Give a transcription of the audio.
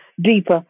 deeper